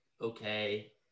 okay